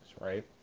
right